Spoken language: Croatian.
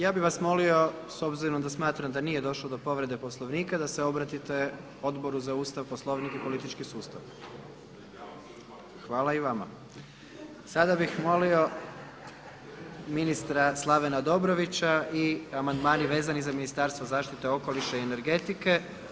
Ja bih vas molio s obzirom da smatram da nije došlo do povrede Poslovnika da se obratite Odboru za Ustav, Poslovnik i politički sustav [[Upadica Grbin: Ja vam se zahvaljujem.]] Hvala i vama. /Smijeh u dvorani/ Sada bih molio ministra Slavena Dobrovića i amandmani vezani za Ministarstvo zaštite okoliša i energetike.